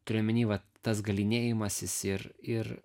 turiu omeny vat tas galynėjimasis ir ir